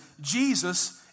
Jesus